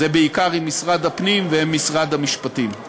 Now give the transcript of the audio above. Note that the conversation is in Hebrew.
שהם בעיקר משרד הפנים ומשרד המשפטים.